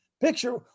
picture